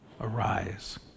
Arise